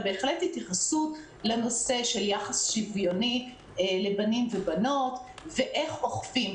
בהחלט התייחס לנושא של יחס שוויוני לבנים ובנות ואיך אוכפים.